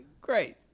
great